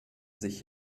sich